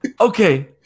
Okay